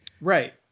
right